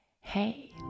Hey